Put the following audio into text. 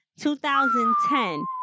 2010